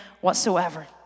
whatsoever